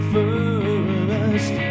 First